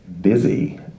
busy